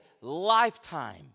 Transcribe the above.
lifetime